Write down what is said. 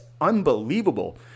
unbelievable